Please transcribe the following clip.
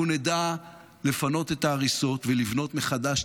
אנחנו נדע לפנות את ההריסות ולבנות מחדש.